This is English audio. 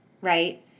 Right